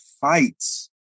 fights